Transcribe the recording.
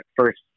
first